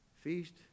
Feast